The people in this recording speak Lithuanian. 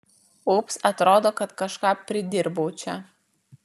ups atrodo kad kažką pridirbau čia